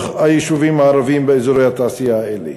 היישובים הערביים באזורי התעשייה האלה.